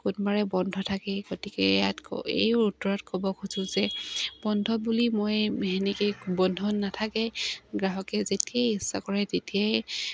কোনবাৰে বন্ধ থাকে গতিকে ইয়াত এই উত্তৰত ক'ব খোজোঁ যে বন্ধ বুলি মই সেনেকৈ বন্ধ নাথাকে গ্ৰাহকে যেতিয়াই ইচ্ছা কৰে তেতিয়াই